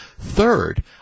third